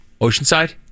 Oceanside